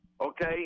okay